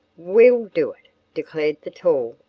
we'll do it, declared the tall,